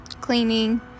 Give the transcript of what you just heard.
cleaning